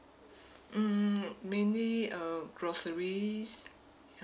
mm mainly uh groceries